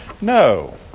No